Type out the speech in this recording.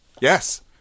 Yes